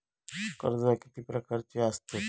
कर्जा किती प्रकारची आसतत